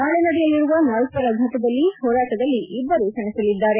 ನಾಳಿ ನಡೆಯಲಿರುವ ನಾಲ್ನರ ಫೆಟ್ರದ ಹೋರಾಟದಲ್ಲಿ ಇಬ್ಬ ರೂ ಸೆಣಸಲಿದ್ದಾರೆ